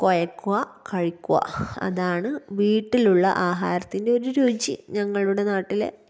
കുഴയ്ക്കുക കഴിക്കുക അതാണ് വീട്ടിലുള്ള ആഹാരത്തിന്റെ ഒര് രുചി ഞങ്ങളുടെ നാട്ടിലെ